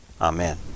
Amen